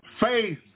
Faith